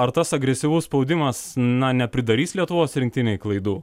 ar tas agresyvus spaudimas na nepridarys lietuvos rinktinei klaidų